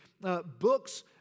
Books